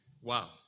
Wow